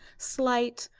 slight,